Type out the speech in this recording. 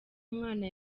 mwana